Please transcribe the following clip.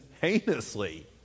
heinously